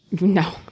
No